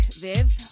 Viv